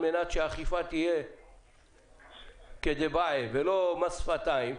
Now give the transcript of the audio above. על מנת שהאכיפה תהיה כדבעי ולא מס שפתיים,